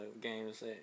games